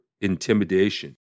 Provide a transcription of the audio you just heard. intimidation